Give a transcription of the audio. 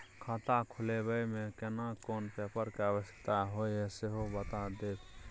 खाता खोलैबय में केना कोन पेपर के आवश्यकता होए हैं सेहो बता देब?